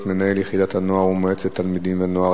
(מינהל יחידת הנוער ומועצת תלמידים ונוער),